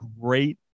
great